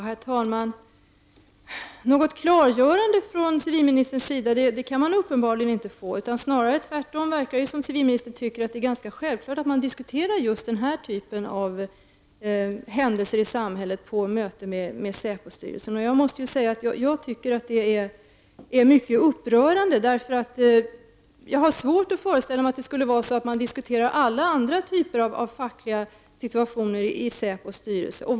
Herr talman! Något klargörande från civilministerns sida kan man uppenbarligen inte få. Det verkar snarare tvärtom som om civilministern tycker att det är självklart att man diskuterar just denna typ av händelser i samhället på möten med SÄPO-styrelsen. Jag tycker att det är mycket upprörande. Jag har nämligen svårt att föreställa mig att man diskuterar alla andra typer av fackliga situationer i SÄPOs styrelse.